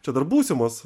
čia dar būsimos